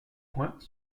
points